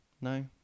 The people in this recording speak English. No